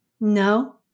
no